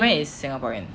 her boyfriend is singaporean